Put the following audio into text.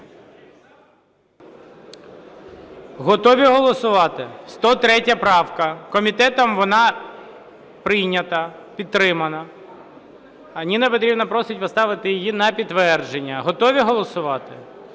Готові голосувати? 103 правка. Комітетом вона прийнята, підтримана, а Ніна Петрівна просить поставити її на підтвердження. Готові голосувати?